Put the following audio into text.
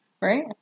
right